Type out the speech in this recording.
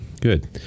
good